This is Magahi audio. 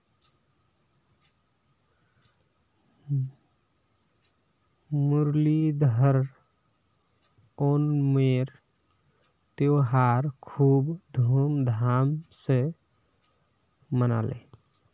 मुरलीधर ओणमेर त्योहार खूब धूमधाम स मनाले